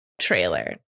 trailer